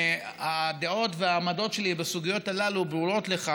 הדעות והעמדות שלי בסוגיות הללו ברורות לך,